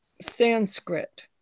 Sanskrit